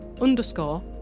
underscore